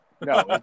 No